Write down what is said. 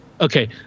Okay